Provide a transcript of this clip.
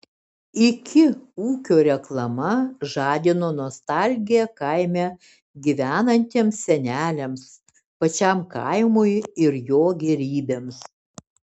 iki ūkio reklama žadino nostalgiją kaime gyvenantiems seneliams pačiam kaimui ir jo gėrybėms